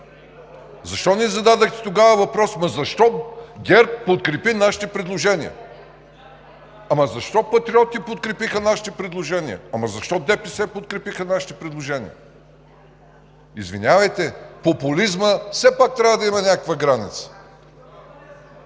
Защо не зададохте тогава въпрос: ама защо ГЕРБ подкрепи нашите предложения? Ама защо Патриотите подкрепиха нашите предложения? Ама защо ДПС подкрепиха нашите предложения? Извинявайте, популизмът все пак трябва да има някаква граница!